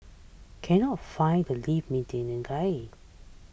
cannot find the lift maintenance guy